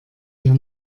hier